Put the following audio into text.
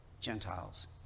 Gentiles